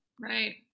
Right